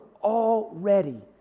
already